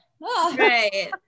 Right